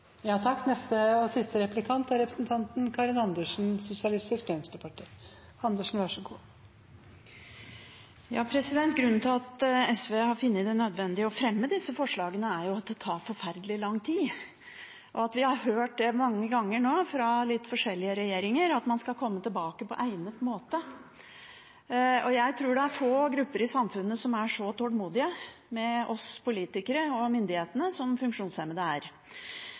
Grunnen til at SV har funnet det nødvendig å fremme disse forslagene, er jo at det tar forferdelig lang tid, og at vi har hørt mange ganger nå fra litt forskjellige regjeringen at man skal komme tilbake på egnet måte. Jeg tror det er få grupper i samfunnet som er så tålmodige med oss politikere og myndighetene som funksjonshemmede er. Da vil jeg stille statsråden et mer konkret spørsmål til § 17 i likestillings- og diskrimineringsloven om universell utforming, der dette begrepet «uforholdsmessig byrde» brukes: Synes ikke statsråden det er